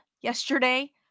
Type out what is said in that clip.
yesterday